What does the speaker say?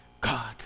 God